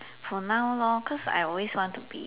for now lor cause I always want to be